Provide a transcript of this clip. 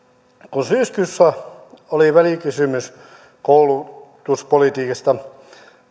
kun syyskuussa oli välikysymys koulutuspolitiikasta